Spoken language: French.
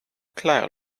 claire